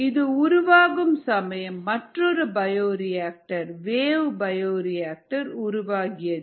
இது உருவாகும் சமயம் மற்றொரு பயோரியாக்டர் வேவ் பயோரியாக்டர் உருவாகியது